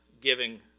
giving